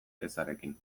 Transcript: ezarekin